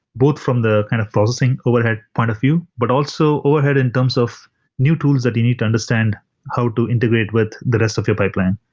both from the kind of processing overhead point of view, but also overhead in terms of new tools that you need to understand how to integrate with the rest of your pipeline.